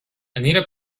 anita